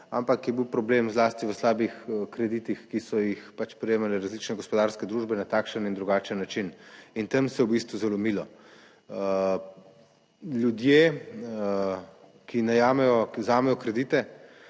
ampak je bil problem zlasti v slabih kreditih, ki so jih pač prejemale različne gospodarske družbe na takšen in drugačen način in tam se je v bistvu zalomilo. Ljudje, ki najamejo, ki